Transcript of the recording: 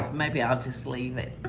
maybe i'll just leave it.